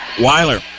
Weiler